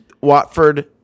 Watford